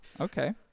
Okay